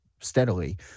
steadily